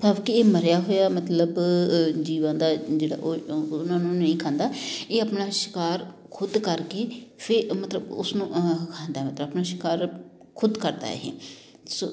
ਭਾਵ ਕਿ ਇਹ ਮਰਿਆ ਹੋਇਆ ਮਤਲਬ ਜੀਵਾਂ ਦਾ ਜਿਹੜਾ ਉਹਨਾਂ ਨੂੰ ਨਹੀਂ ਖਾਂਦਾ ਇਹ ਆਪਣਾ ਸ਼ਿਕਾਰ ਖੁਦ ਕਰਕੇ ਫਿਰ ਮਤਲਬ ਉਸਨੂੰ ਖਾਂਦਾ ਮਤਲਬ ਆਪਣਾ ਸ਼ਿਕਾਰ ਖੁਦ ਕਰਦਾ ਇਹ ਸੋ